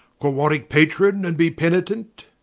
call warwicke patron, and be penitent,